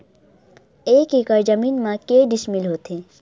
एक एकड़ जमीन मा के डिसमिल होथे?